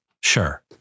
Sure